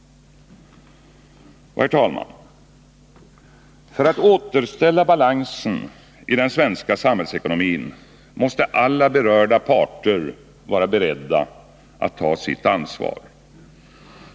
Herr talman! För att återställa balansen i den svenska samhällsekonomin måste alla berörda parter vara beredda att ta sitt ansvar.